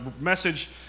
message